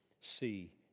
see